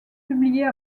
publiés